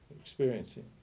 experiencing